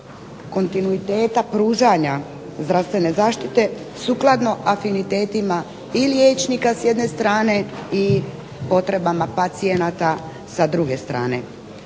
kontinuiteta pružanja zdravstvene zaštite sukladno afinitetima i liječnika s jedne strane i potrebama pacijenata sa druge strane.